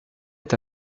est